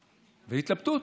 התלבטות,